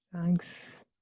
thanks